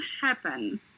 happen